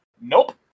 Nope